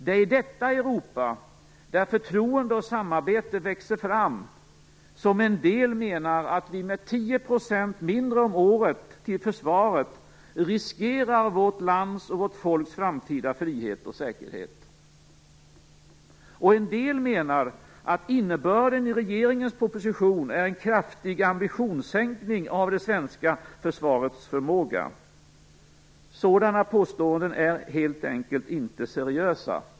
Det är i detta Europa, där förtroende och samarbete växer fram, som en del menar att vi med 10 % mindre om året till försvaret riskerar vårt lands och vårt folks framtida frihet och säkerhet. En del menar också att innebörden i regeringens proposition är en kraftig ambitionssänkning av det svenska försvarets förmåga. Sådana påståenden är helt enkelt inte seriösa.